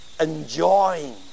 enjoying